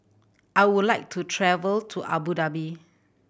I would like to travel to Abu Dhabi